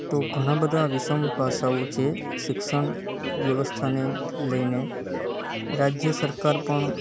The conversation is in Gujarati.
તો ઘણા બધા વિષમ પાસાઓ છે શિક્ષણ વ્યવસ્થાને લઈને રાજ્ય સરકાર પણ